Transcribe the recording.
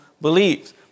believes